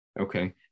Okay